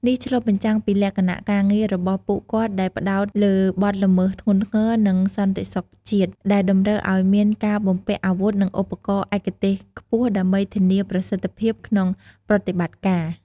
នេះឆ្លុះបញ្ចាំងពីលក្ខណៈការងាររបស់ពួកគាត់ដែលផ្តោតលើបទល្មើសធ្ងន់ធ្ងរ និងសន្តិសុខជាតិ ដែលតម្រូវឲ្យមានការបំពាក់អាវុធនិងឧបករណ៍ឯកទេសខ្ពស់ដើម្បីធានាប្រសិទ្ធភាពក្នុងប្រតិបត្តិការ។